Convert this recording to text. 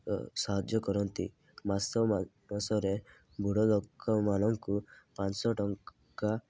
ସାହାଯ୍ୟ କରନ୍ତି ମାସ ମାସରେ ବୁଢ଼ ଲୋକମାନଙ୍କୁ ପାଁଶହ ଟଙ୍କା